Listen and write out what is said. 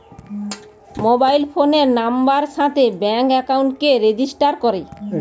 mobile ফোনের নাম্বারের সাথে ব্যাঙ্ক একাউন্টকে রেজিস্টার করে